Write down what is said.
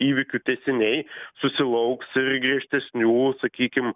įvykių tęsiniai susilauks ir griežtesnių sakykim